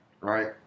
right